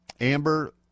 Amber